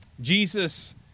Jesus